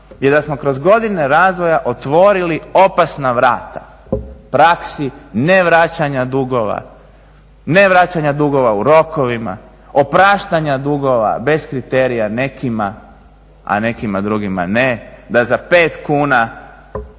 je da smo kroz godine razvoja otvorili opasna vrata praksi nevraćanja dugova, nevraćanja dugova u rokovima, opraštanja dugova bez kriterija nekima, a nekima drugima ne, da za pet kuna